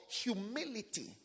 humility